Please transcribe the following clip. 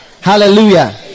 Hallelujah